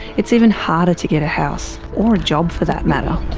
it's even harder to get a house. or a job for that matter.